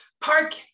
park